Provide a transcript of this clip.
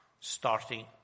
starting